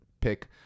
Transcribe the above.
pick